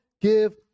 give